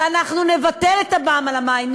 ואנחנו נבטל את המע"מ על המים.